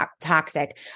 toxic